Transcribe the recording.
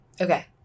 Okay